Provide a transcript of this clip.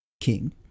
king